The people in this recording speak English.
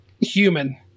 human